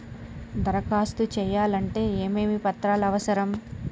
దరఖాస్తు చేయాలంటే ఏమేమి పత్రాలు అవసరం?